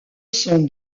sont